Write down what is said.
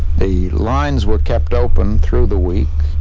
the lines were kept open through the week.